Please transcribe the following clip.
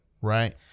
right